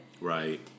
Right